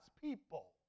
people